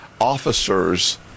officers